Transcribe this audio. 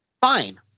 fine